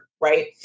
right